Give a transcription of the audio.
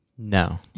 No